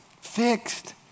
fixed